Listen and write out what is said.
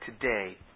today